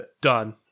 Done